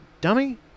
dummy